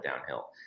downhill